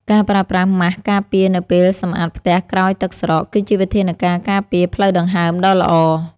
ការប្រើប្រាស់ម៉ាស់ការពារនៅពេលសម្អាតផ្ទះក្រោយទឹកស្រកគឺជាវិធានការការពារផ្លូវដង្ហើមដ៏ល្អ។